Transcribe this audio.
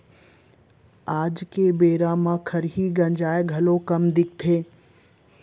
आज के बेरा म खरही गंजाय घलौ कम दिखथे